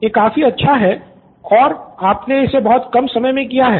यह काफी अच्छा है और आपने इसे बहुत कम समय में किया है